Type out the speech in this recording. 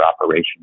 operation